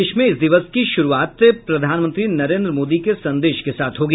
देश में इस दिवस की शुरूआत प्रधानमंत्री नरेंद्र मोदी के संदेश के साथ होगी